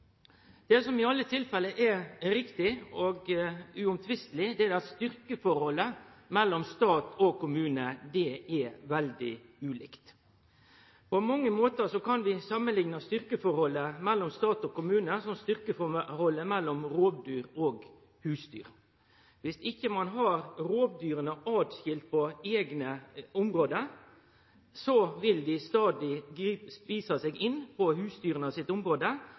Det som i alle tilfelle er riktig og uomtvisteleg, er at styrkeforholdet mellom stat og kommune er veldig ulikt. På mange måtar kan vi samanlikne styrkeforholdet mellom stat og kommune med styrkeforholdet mellom rovdyr og husdyr. Dersom ein ikkje held rovdyra åtskilde på eigne område, vil dei stadig ete seg inn på husdyra sitt område,